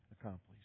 accomplished